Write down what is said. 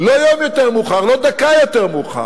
לא יום יותר מאוחר, לא דקה יותר מאוחר.